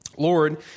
Lord